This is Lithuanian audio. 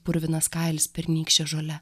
purvinas kailis pernykšte žole